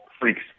freaks